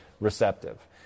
receptive